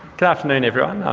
good afternoon, everyone.